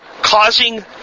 causing